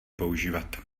používat